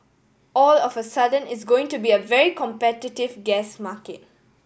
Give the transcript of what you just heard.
all of a sudden it's going to be a very competitive gas market